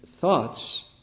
thoughts